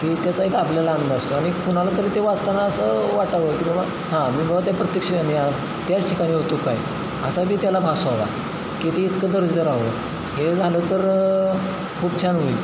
की त्याचा एक आपल्याला आनंद असतो आणि कोणाला तरी ते वाचताना असं वाटावं की बाबा हां मी बाबा त्या प्रत्यक्षाने त्याच ठिकाणी होतो काय असा बी त्याला भास व्हावा की ते इतकं दर्जेदार हवं हे झालं तर खूप छान होईल